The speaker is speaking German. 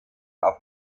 auf